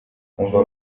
umva